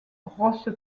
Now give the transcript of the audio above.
grosse